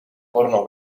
porno